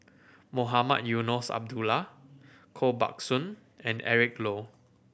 Mohamed Eunos Abdullah Koh Buck Song and Eric Low